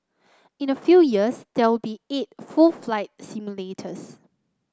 in a few years there will be eight full flight simulators